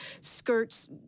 Skirts